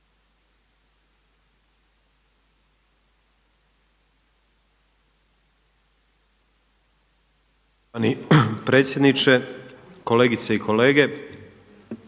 Poštovani predsjedniče, kolegice i kolege!